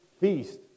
feast